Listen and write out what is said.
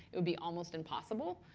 it would be almost impossible.